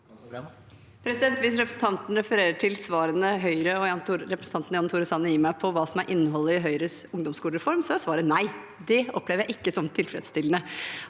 Hvis represen- tanten refererer til svarene Høyre og representanten Jan Tore Sanner gir meg på hva som er innholdet i Høyres ungdomsskolereform, er svaret nei. Det opplever jeg ikke som tilfredsstillende